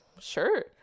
sure